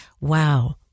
Wow